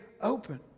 open